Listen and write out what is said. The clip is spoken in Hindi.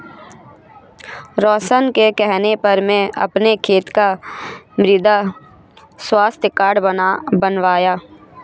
रोशन के कहने पर मैं अपने खेत का मृदा स्वास्थ्य कार्ड बनवाया